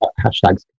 hashtags